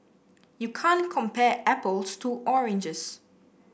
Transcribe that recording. you can't compare apples to oranges